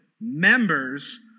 members